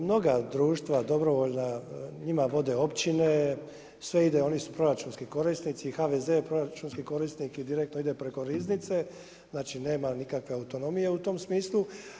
Mnoga društva dobrovoljna njima vode općine, sve ide, oni su proračunski korisnici i HVZ je proračunski korisnik i direktno ide preko Riznice, znači nema nikakve autonomije u tom smislu.